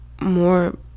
more